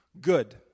Good